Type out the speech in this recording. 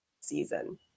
season